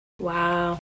wow